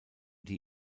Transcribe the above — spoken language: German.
die